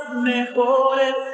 mejores